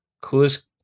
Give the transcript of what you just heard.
coolest